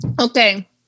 Okay